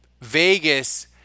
Vegas